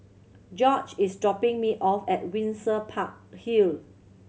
George is dropping me off at Windsor Park Hill